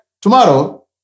tomorrow